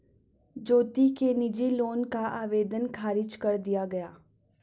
ज्योति के निजी लोन का आवेदन ख़ारिज कर दिया गया